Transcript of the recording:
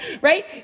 right